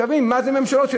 מה זה ממשלות.